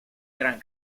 gran